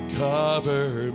cover